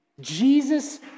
Jesus